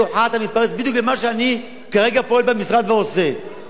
אתה מתפרץ בדיוק למה שאני פועל ועושה כרגע במשרד.